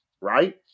right